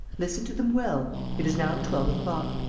listen to them well. it is now twelve o'clock.